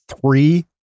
three